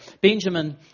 Benjamin